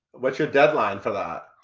what's your deadline for that?